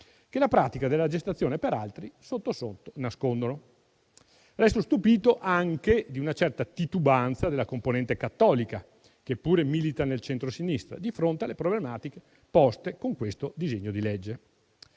che la pratica della gestazione per altri sotto sotto nascondono. Resto stupito anche di una certa titubanza della componente cattolica, che pure milita nel centrosinistra, di fronte alle problematiche poste con questo disegno di legge.